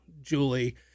Julie